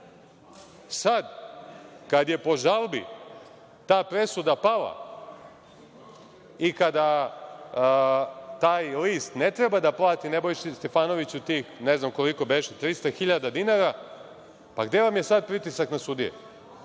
Sada kada je po žalbi ta presuda pala i kada taj list ne treba da plati Nebojši Stefanoviću tih, koliko beše, 300.000 dinara, gde vam je sad pritisak na sudije?